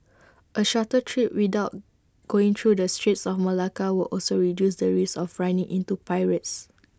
A shorter treat without going through the straits of Malacca would also reduce the risk of running into pirates